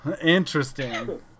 interesting